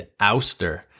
ouster